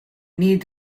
need